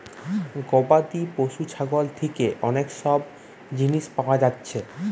গবাদি পশু ছাগল থিকে অনেক সব জিনিস পায়া যাচ্ছে